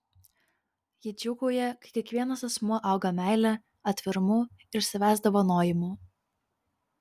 ji džiūgauja kai kiekvienas asmuo auga meile atvirumu ir savęs dovanojimu